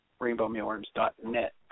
rainbowmealworms.net